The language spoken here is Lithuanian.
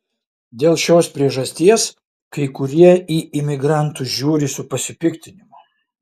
dėl šios priežasties kai kurie į imigrantus žiūri su pasipiktinimu